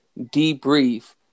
debrief